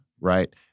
right